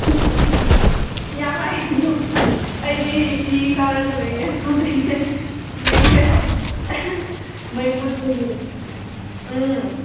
ꯍꯥꯏꯒꯅꯨ ꯑꯩꯗꯤ ꯏ ꯀꯥꯔꯒ ꯂꯩꯌꯦ ꯍꯧꯖꯤꯛꯁꯦ ꯃꯩꯁꯦ ꯃꯩ ꯃꯨꯠꯄꯒꯤ ꯎꯝ